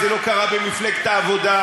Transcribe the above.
זה לא קרה במפלגת העבודה,